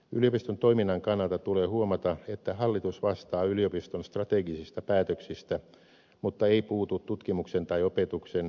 yliopiston toiminnan kannalta tulee huomata että hallitus vastaa yliopiston strategisista päätöksistä mutta ei puutu tutkimuksen tai opetuksen sisällöllisiin kysymyksiin